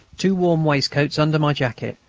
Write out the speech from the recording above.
two warm waistcoats under my jacket,